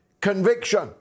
conviction